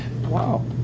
Wow